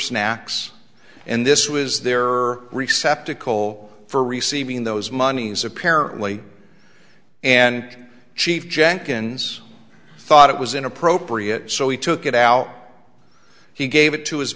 snacks and this was their are receptive coal for receiving those monies apparently and chief jenkins thought it was inappropriate so he took it out he gave it to his